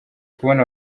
kubona